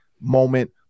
moment